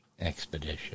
expedition